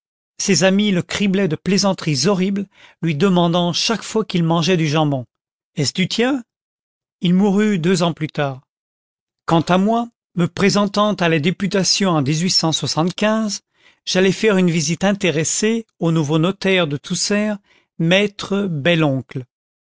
ses amis le criblaient de plaisanteries horribles lui demandant chaque fois qu'ils mangeaient du jambon est-ce du tien il mourut deux ans plus tard quant à moi me présentant à la députation en j'allai faire une visite intéressée au nouveau notaire de tousserre me